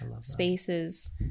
spaces